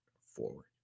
forward